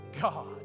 God